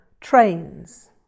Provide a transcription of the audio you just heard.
trains